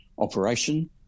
operation